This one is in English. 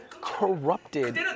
corrupted